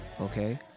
okay